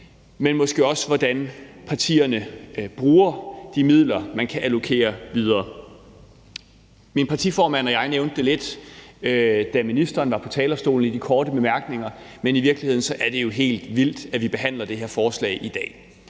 men måske også, hvordan partierne bruger de midler, man kan allokere videre. Min partiformand og jeg nævnte det lidt i de korte bemærkninger, da ministeren var på talerstolen. I virkeligheden er det jo helt vildt, at vi behandler det her forslag i dag.